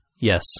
Yes